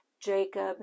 Jacob